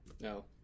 No